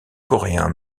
coréen